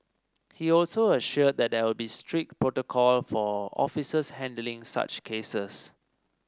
he also assured that there will be strict protocol for officers handling such cases